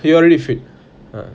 you're already fit h~